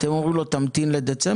אתם אומרים לו להמתין לדצמבר?